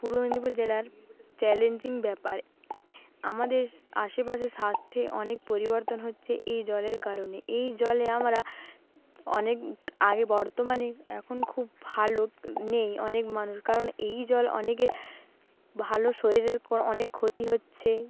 পূর্ব মেদিনীপুর জেলার চ্যালেঞ্জিং ব্যাপার আমাদের আশেপাশে স্বাস্থ্যে অনেক পরিবর্তন হচ্ছে এই জলের কারণে এই জলে আমরা অনেক আগে বর্তমানে এখন খুব ভালো নেই অনেক মানুষ কারণ এই জল অনেকে ভালো শরীরের অনেক ক্ষতি হচ্ছে